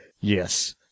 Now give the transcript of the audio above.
Yes